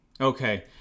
Okay